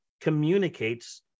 communicates